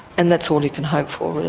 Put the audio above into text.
and that's all you can hope for really.